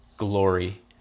Glory